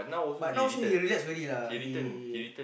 but now also he relax already lah he